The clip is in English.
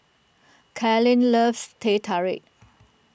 Kalen loves Teh Tarik